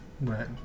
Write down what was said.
Right